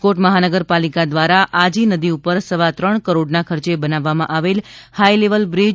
રાજકોટ મહાનગરપાલિકા દ્વારા આજી નદી પર સવા ત્રણ કરોડના ખર્ચે બનવવામાં આવેલ હાઈલેવલ બ્રિજ